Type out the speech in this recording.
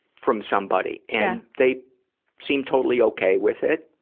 from somebody. and they seem totally okay with it.